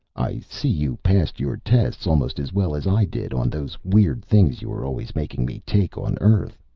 i see you passed your tests almost as well as i did on those weird things you were always making me take on earth.